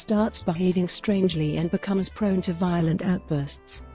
starts behaving strangely and becomes prone to violent outbursts.